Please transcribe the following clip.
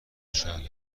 شهر